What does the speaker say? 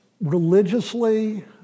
religiously